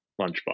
lunchbox